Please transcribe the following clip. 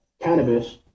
cannabis